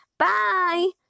Bye